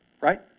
Right